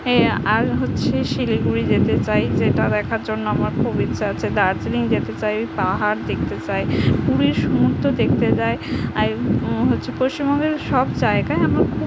ইয়ে আর হচ্ছে শিলিগুড়ি যেতে চাই যেটা দেখার জন্য আমার খুব ইচ্ছা আছে দার্জিলিং যেতে চাই পাহাড় দেখতে চাই পুরীর সুমুদ্র দেখতে চাই আই হচ্ছে পশ্চিমবঙ্গের সব জায়গাই আমার খুব